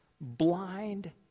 blind